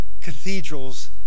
cathedrals